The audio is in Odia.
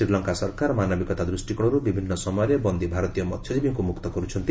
ଶ୍ରୀଲଙ୍କା ସରକାର ମାନବିକତା ଦୃଷ୍ଟିକୋଣରୁ ବିଭିନ୍ନ ସମୟରେ ବନ୍ଦୀ ଭାରତୀୟ ମସ୍ୟଜୀବୀଙ୍କୁ ମୁକ୍ତ କରୁଛନ୍ତି